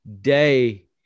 day